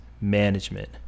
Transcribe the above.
management